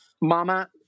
mama